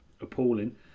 appalling